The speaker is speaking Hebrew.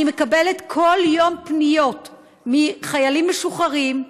אני מקבלת כל יום פניות מחיילים משוחררים,